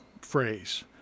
phrase